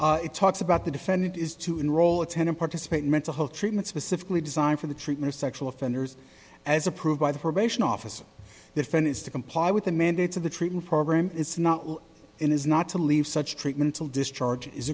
it talks about the defendant is to enroll a tenant participate in mental health treatment specifically designed for the treatment of sexual offenders as approved by the probation officer defendants to comply with the mandates of the treatment program it's not in is not to leave such treatment will discharge is